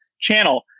channel